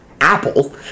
Apple